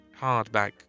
hardback